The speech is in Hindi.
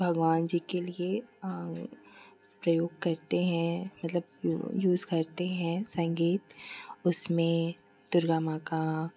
भगवान जी के लिए प्रयोग करते हैं मतलब यूज़ करते हैं संगीत उसमें दुर्गा माँ का